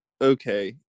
okay